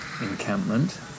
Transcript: encampment